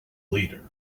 leader